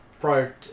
prior